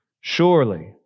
Surely